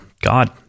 god